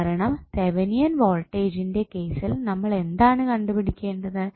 കാരണം തെവനിയൻ വോൾട്ടേജിൻ്റെ കേസിൽ നമ്മൾ എന്താണ് കണ്ടുപിടിക്കേണ്ടത്